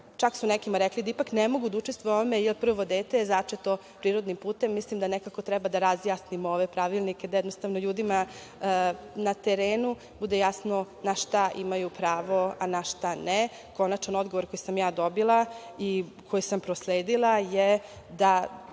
čak su nekima rekli da ipak ne mogu da učestvuju u ovome, jer je prvo dete začeto prirodnim putem. Mislim da nekako treba da razjasnimo ove pravilnike, da jednostavno ljudima na terenu bude jasno na šta imaju pravo, a na šta ne. Konačan odgovor koji sam ja dobila i koji sam prosledila,